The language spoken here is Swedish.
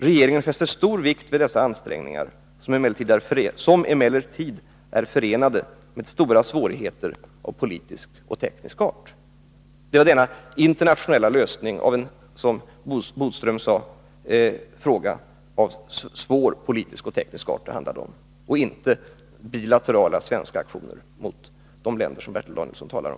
Regeringen fäster stor vikt vid dessa ansträngningar, som emellertid är förenade med stora svårigheter av politisk och teknisk art.” Det var denna internationella lösning av en fråga av — som Lennart Bodström sade — svår politisk och teknisk art som det handlade om, inte om bilaterala svenska aktioner mot de länder som Bertil Danielsson talar om.